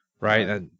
Right